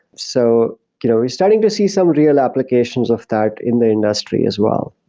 so you know we're starting to see some real applications of that in the industry as well